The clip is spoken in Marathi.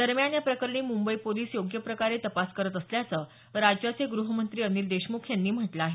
दरम्यान या प्रकरणी मुंबई पोलीस योग्य प्रकारे तपास करत असल्याचं राज्याचे गृहमंत्री अनिल देशमुख यांनी म्हटलं आहे